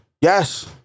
Yes